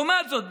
לעומת זאת,